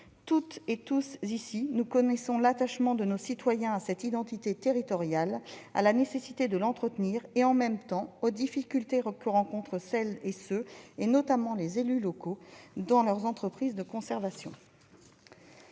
Toutes et tous ici, nous connaissons l'attachement de nos concitoyens à cette identité territoriale, à la nécessité de l'entretenir et, en même temps, les difficultés que rencontrent celles et ceux, notamment les élus locaux, qui sont impliqués dans ces entreprises de conservation.